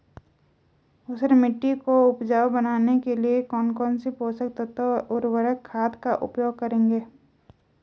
ऊसर मिट्टी को उपजाऊ बनाने के लिए कौन कौन पोषक तत्वों व उर्वरक खाद का उपयोग करेंगे?